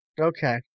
okay